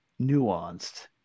nuanced